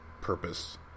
purpose